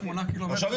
שמונה קילומטרים, שעה.